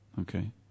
Okay